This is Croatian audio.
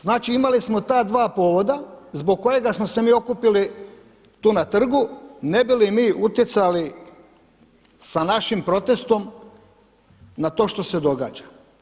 Znači imali smo ta dva povoda, zbog kojega smo se mi okupili tu na Trgu ne bi li mi utjecali sa našim protestom na to što se događa.